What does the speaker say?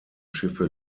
schiffe